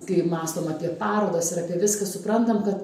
kai mąstom tik parodos ir apie viską suprantam kad